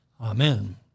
Amen